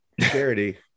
charity